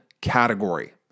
category